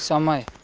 સમય